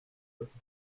perfect